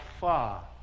far